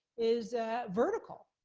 is vertical,